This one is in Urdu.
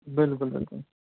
بالکل بالکل